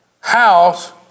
house